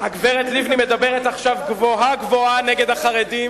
הגברת לבני מדברת עכשיו גבוהה-גבוהה נגד החרדים,